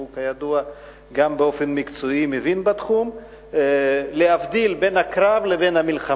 שהוא כידוע גם מבין בתחום באופן מקצועי: להבדיל בין הקרב לבין המלחמה.